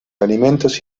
alimentos